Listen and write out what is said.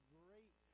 great